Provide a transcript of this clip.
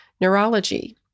neurology